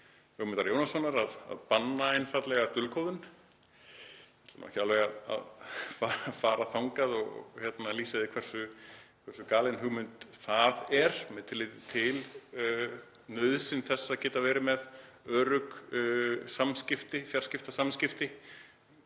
Ögmundar Jónassonar, um að banna einfaldlega dulkóðun. Ég ætla ekki alveg að fara þangað og lýsa því hversu galin hugmynd það er með tilliti til nauðsynjar þess að geta verið með örugg samskipti, fjarskiptasamskipti,